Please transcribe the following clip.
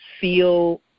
feel